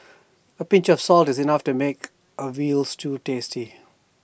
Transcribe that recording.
A pinch of salt is enough to make A Veal Stew tasty